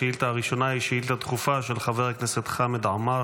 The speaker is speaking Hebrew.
השאילתה הראשונה היא שאילתה דחופה של חבר הכנסת חמד עמאר